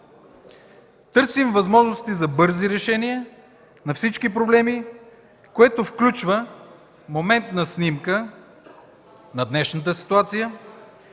Търсим възможности за бързи решения на всички проблеми, което включва моментна снимка на днешната ситуация.